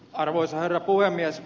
arvoisa herra puhemies